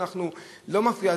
זה לא מפריע,